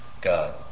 God